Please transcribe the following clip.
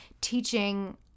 teaching